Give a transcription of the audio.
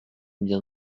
bien